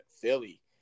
Philly